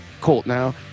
Coltnow